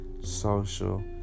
social